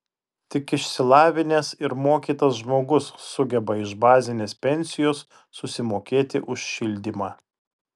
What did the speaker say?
tik išsilavinęs ir mokytas žmogus sugeba iš bazinės pensijos susimokėti už šildymą